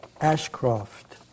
Ashcroft